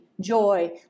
joy